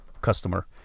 customer